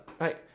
right